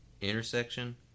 Intersection